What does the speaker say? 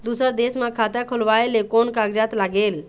दूसर देश मा खाता खोलवाए ले कोन कागजात लागेल?